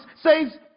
says